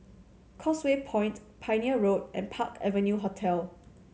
Causeway Point Pioneer Road and Park Avenue Hotel